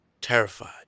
terrified